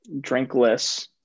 drinkless